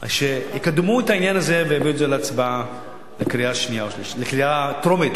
שיקדמו את העניין הזה ויביאו את זה להצבעה בקריאה טרומית,